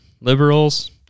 Liberals